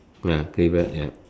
ah cleaver ya